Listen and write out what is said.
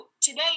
today